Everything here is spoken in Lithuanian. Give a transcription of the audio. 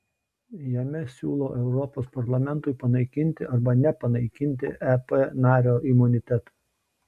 jame siūlo europos parlamentui panaikinti arba nepanaikinti ep nario imunitetą